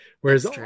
Whereas